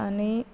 आनी